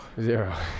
zero